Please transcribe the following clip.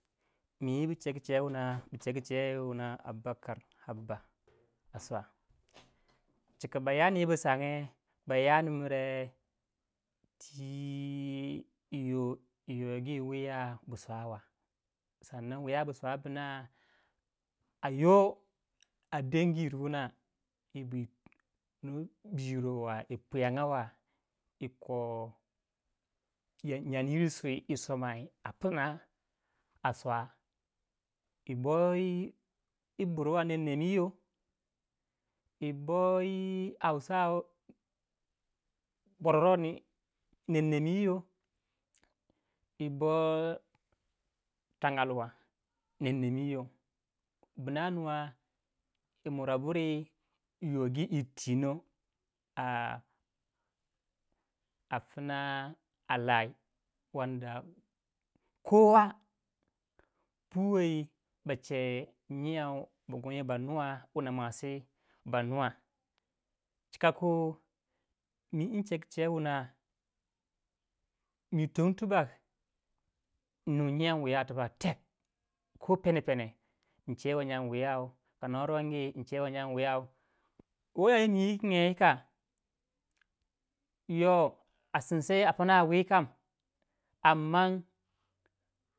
Mi wu cegu cei wuna, wuna abbakar abba a swa chika bayani wu bu sange yo yi yogi wuya bu swa wa sannan wiya bu swa bna no biyiro wa yi puyonga wa yi kon nyandi yiri somai a pna a swa yi boyi burwa a nem iyo, i boyi ausa, bororo ni. nen nem yi yoh yi boi tangal wa nennenm iyo. bina nuwa yimura buri yi yogi yir tinon a pina lai puwei ba che nyou bagonyou ba nuwa wuna muosi ba nu wa cika ku mi wun chegu chei wuna mei ton tubak innu nyon wuyou tek ko pene pene in chewai nyan wiyau ka no rongi in chewei nyan wuyau woyi wukung yika yo a sinsei a pna wii kam amman.